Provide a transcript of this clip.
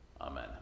Amen